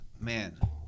man